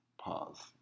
Pause